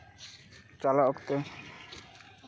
ᱪᱟᱞᱟᱜ ᱚᱠᱛᱮ